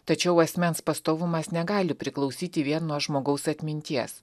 tačiau asmens pastovumas negali priklausyti vien nuo žmogaus atminties